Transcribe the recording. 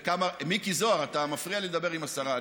מיקי זוהר, אתה מפריע לי לדבר עם השרה.